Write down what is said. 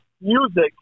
music